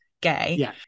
gay